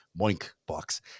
moinkbox